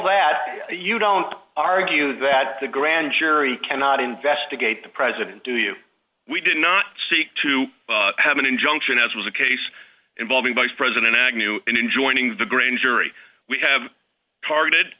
that you don't argue that the grand jury cannot investigate the president do you we did not seek to have an injunction as was a case involving vice president agnew in joining the grand jury we have targeted